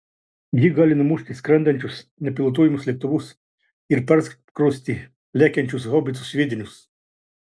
ji gali numušti skrendančius nepilotuojamus lėktuvus ir perskrosti lekiančius haubicų sviedinius